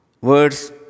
Words